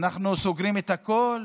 אנחנו סוגרים את הכול,